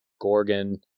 Gorgon